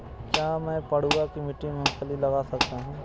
क्या मैं पडुआ की मिट्टी में मूँगफली लगा सकता हूँ?